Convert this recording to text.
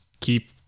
keep